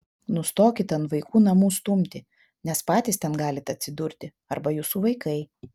nustokit ant vaikų namų stumti nes patys ten galit atsidurti arba jūsų vaikai